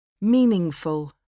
Meaningful